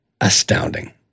astounding